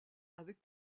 avec